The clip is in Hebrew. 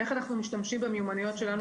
איך אנחנו משתמשים במיומנויות שלנו